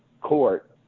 court